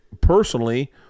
personally